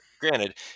Granted